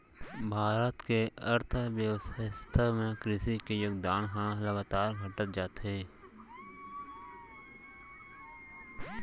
भारत के अर्थबेवस्था म कृसि के योगदान ह लगातार घटत जात हे